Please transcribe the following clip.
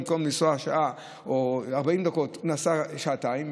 במקום לנסוע שעה או 40 דקות הוא נסע שעתיים,